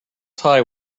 tie